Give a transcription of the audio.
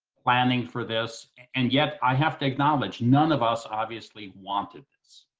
planning for this. and yet i have to acknowledge, none of us obviously wanted this.